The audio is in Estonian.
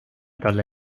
talle